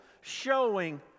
showing